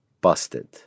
busted